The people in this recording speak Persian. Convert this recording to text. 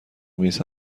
میز